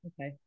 Okay